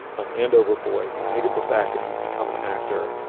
an andover boy who hated the fact that he'd become an actor.